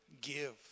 Give